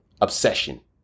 obsession